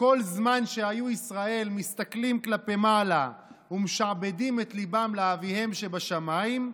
כל זמן שהיו ישראל מסתכלים כלפי מעלה ומשעבדין ליבם לאביהם שבשמיים,